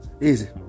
Easy